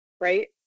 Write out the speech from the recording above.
right